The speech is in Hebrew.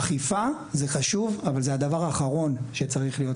אכיפה זה חשוב, אבל זה הדבר האחרון שצריך להיות.